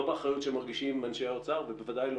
לא באחריות שמרגישים אנשי האוצר ובוודאי לא